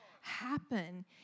happen